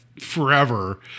forever